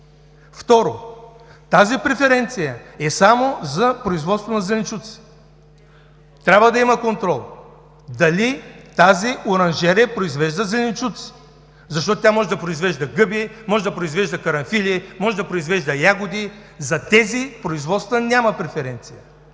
Второ, тази преференция е само за производство на зеленчуци! Трябва да има контрол! Дали тази оранжерия произвежда зеленчуци? Тя може да произвежда гъби, може да произвежда карамфили, може да произвежда ягоди – за тези производства няма преференции.